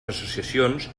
associacions